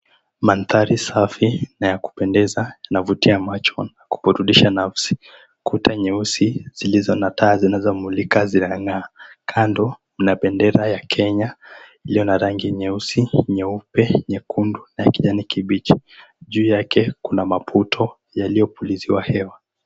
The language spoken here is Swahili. Mandhari safi na ya kupendeza yanavutia macho na kuburudisha nafsi. Kuta nyeusi zilizo na taa zinazomulika zinang'aa. Kando mna bendera ya Kenya iliyo na rangi nyeusi, nyeupe, nyekundu, na kijanikibichi. Juu yake kuna maputo yaliyopuliziwa hewa.